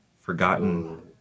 forgotten